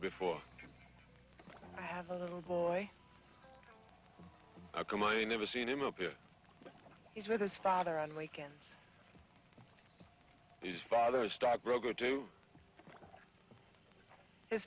before i have a little boy i've come i've never seen him up here he's with his father on weekends he's father a stockbroker to his